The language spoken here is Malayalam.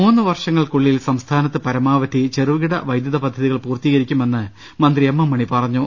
മൂന്ന് വർഷങ്ങൾക്കുളളിൽ സംസ്ഥാനത്ത് പരമാവധി ചെറു കിട വൈദ്യുത പദ്ധതികൾ പൂർത്തീകരിക്കുമെന്ന് മന്ത്രി എം എം മണി പറഞ്ഞു